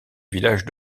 village